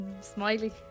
Smiley